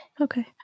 Okay